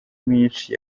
mwinshi